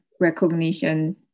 recognition